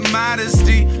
modesty